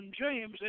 James